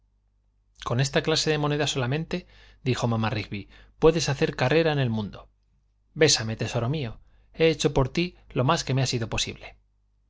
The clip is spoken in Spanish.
con esta clase de moneda solamente dijo mamá rigby puedes hacer carrera en el mundo bésame tesoro mío he hecho por ti lo más que me ha sido posible